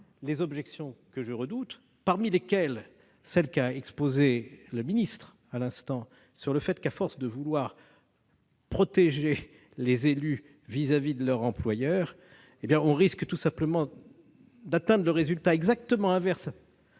les objections que je redoute, parmi lesquelles celle qu'a exposée le ministre à l'instant sur le fait que, à force de vouloir protéger les élus vis-à-vis de leur employeur, on risque tout simplement d'atteindre le résultat exactement inverse